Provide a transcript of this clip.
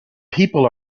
people